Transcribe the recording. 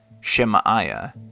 Shemaiah